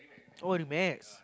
oh Remax